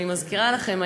אני מזכירה לכם,